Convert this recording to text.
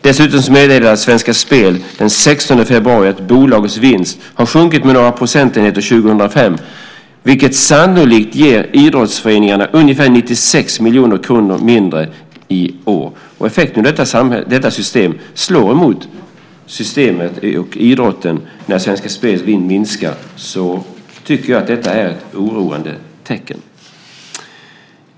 Dessutom meddelade Svenska Spel den 16 februari att bolagets vinst sjönk med några procentenheter 2005, vilket sannolikt ger idrottsföreningarna ungefär 96 miljoner kronor mindre i år. Effekten av detta system när Svenska Spels vinst minskar slår mot idrotten. Detta tycker jag är ett oroande tecken.